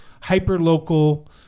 hyper-local